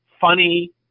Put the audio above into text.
funny